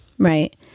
Right